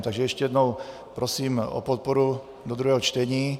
Takže ještě jednou, prosím o podporu do druhého čtení.